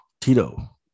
Tito